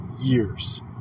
years